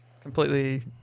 completely